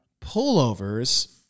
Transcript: pullovers